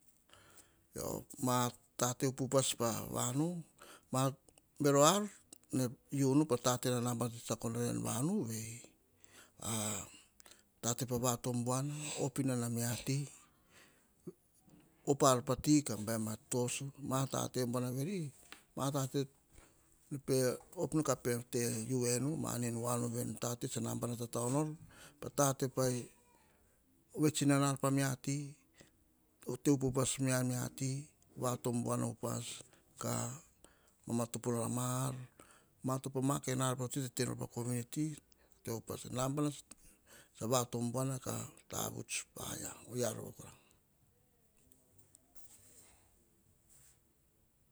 Yio, ma tate upupas pa vanu. Ma bero ar, nene unu na nabana tsetsako nor en vanu vei. tate pa vatom buana, op inona mia ti, op ar pati ka bam a toso, matatte buar veni ne op mu ka pe te u enu manin voa nu veni, tate tsa nabana tatao nor, pa tate pa vet inona mia ti, te upupas me a mia ti, va tom bua upas, ka mamato a ma ar. Matopo a ma kain a to tenor pa community. Te upas, nabana tsa va tombua ka tavuts poia oyia rova kora